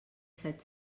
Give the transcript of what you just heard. set